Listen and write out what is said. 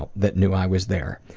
but that knew i was there.